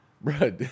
bro